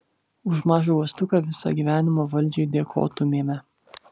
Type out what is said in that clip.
už mažą uostuką visą gyvenimą valdžiai dėkotumėme